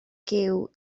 giw